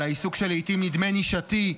על העיסוק שלעיתים נדמה כנישתי,